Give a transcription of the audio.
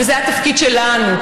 וזה התפקיד שלנו.